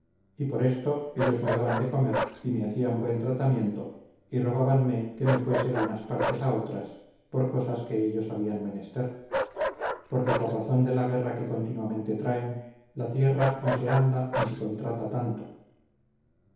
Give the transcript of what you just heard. y por esto ellos me daban de comer y me hacían buen tratamiento y rogábanme que me fuese de unas partes a otras por cosas que ellos habían menester porque por razón de la guerra que continuamente traen la tierra no se anda ni se contrata tanto